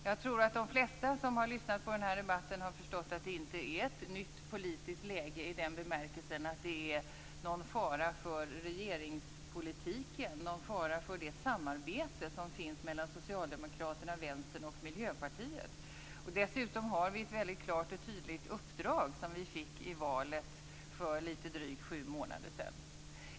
Jag tror att de flesta som har lyssnat på den här debatten har förstått att det inte är ett nytt politiskt läge i den bemärkelsen att det är någon fara för regeringspolitiken, någon fara för det samarbete som finns mellan Socialdemokraterna, Vänstern och Miljöpartiet. Dessutom har vi ett väldigt klart och tydligt uppdrag som vi fick i valet för drygt sju månader sedan.